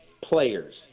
players